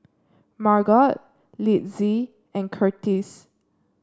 Margot Litzy and Curtiss